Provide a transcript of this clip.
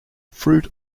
fruit